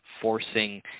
forcing